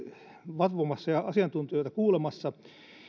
vatvomassa ja asiantuntijoita kuulemassa